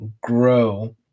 grow